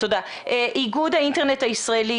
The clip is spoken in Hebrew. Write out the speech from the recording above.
איגוד האינטרנט הישראלי,